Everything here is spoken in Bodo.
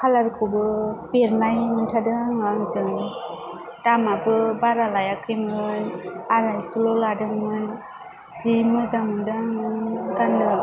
कालारखौबो बेरनाय मोनथारदों आङो आंजों दामाबो बारा लायाखैमोन आराइसल' लादोंमोन जि मोजां मोनदों आङो गान्नो